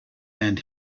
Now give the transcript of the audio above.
and